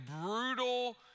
brutal